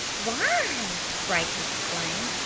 why? brightened flame.